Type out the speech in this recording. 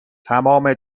تمام